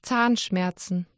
Zahnschmerzen